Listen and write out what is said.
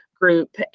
group